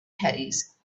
caddies